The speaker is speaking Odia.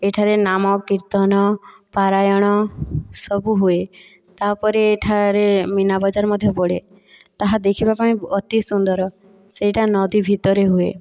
ଏହିଠାରେ ନାମ କୀର୍ତ୍ତନ ପାରାୟଣ ସବୁ ହୁଏ ତା' ପରେ ଏଠାରେ ମୀନାବଜାର ମଧ୍ୟ ପଡ଼େ ତାହା ଦେଖିବା ପାଇଁ ଅତି ସୁନ୍ଦର ସେଇଟା ନଦୀ ଭିତରେ ହୁଏ